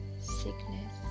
sickness